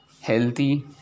healthy